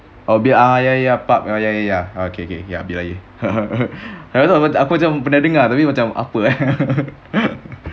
oh bi~ ya ya ya park oh ya ya ya ya okay okay ya bill air aku macam pernah dengar tapi macam apa eh